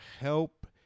help